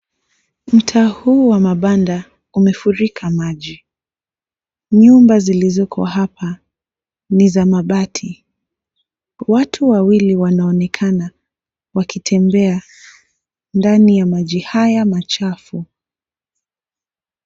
Mtaa huu wa mabanda umefurika maji. Nyumba zilizoko hapa ni za mabati. Watu wa wili wanonekana wakitembea, ndani ya maji haya machafu.